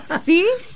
See